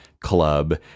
club